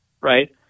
Right